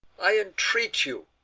i entreat you.